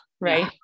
right